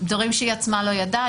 דברים שהיא עצמה לא ידעה,